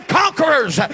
conquerors